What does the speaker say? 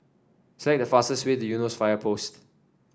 select the fastest way to Eunos Fire Post